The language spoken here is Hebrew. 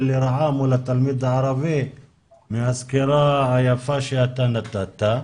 לרעה מול התלמיד הערבי מהסקירה היפה שאתה נתת.